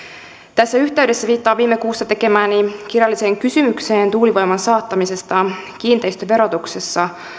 tässä yhteydessä viittaan viime kuussa tekemääni kirjalliseen kysymykseen tuulivoiman saattamisesta kiinteistöverotuksessa